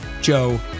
Joe